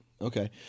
Okay